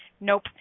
nope